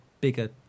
bigger